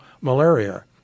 malaria